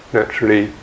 naturally